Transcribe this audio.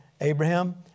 Abraham